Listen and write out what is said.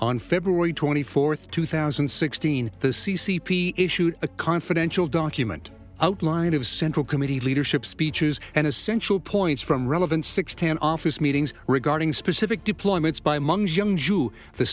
on february twenty fourth two thousand and sixteen the c c p issued a confidential document outline of central committee leadership speeches and essential points from relevant sixten office meetings regarding specific deployments by monks young jew the